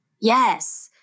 Yes